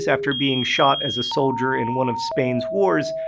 after being shot as a soldier in one of spain's wars,